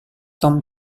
tom